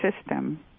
system